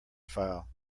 file